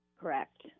Correct